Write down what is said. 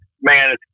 man